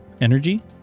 energy